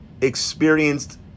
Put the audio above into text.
experienced